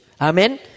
Amen